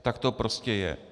Tak to prostě je.